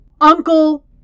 Uncle